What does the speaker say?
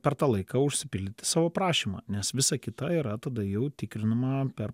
per tą laiką užsipildyti savo prašymą nes visa kita yra tada jau tikrinama per